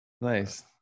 nice